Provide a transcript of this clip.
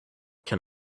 can